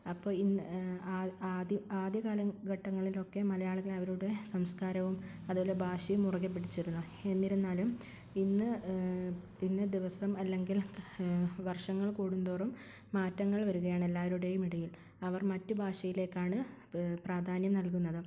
അപ്പോൾ ഇന്ന് ആദ്യ കാലഘട്ടങ്ങളിലൊക്കെ മലയാളികൾ അവരുടെ സംസ്കാരവും അതുപോലെ ഭാഷയും മുറുകെ പിടിച്ചിരുന്നു എന്നിരുന്നാലും ഇന്ന് ഇന്ന് ദിവസം അല്ലെങ്കിൽ വർഷങ്ങൾ കൂടുന്തോറും മാറ്റങ്ങൾ വരികയാണ് എല്ലാവരുടേയും ഇടയിൽ അവർ മറ്റു ഭാഷയിലേക്കാണ് പ്രാധാന്യം നൽകുന്നതും